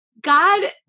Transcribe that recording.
God